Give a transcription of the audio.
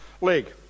leg